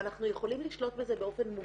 ואנחנו יכולים לשלוט בזה באופן מוגבל.